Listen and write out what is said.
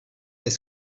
est